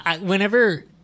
Whenever